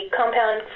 compound